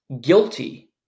guilty